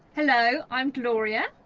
hello. i'm gloria,